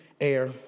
air